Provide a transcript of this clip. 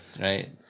right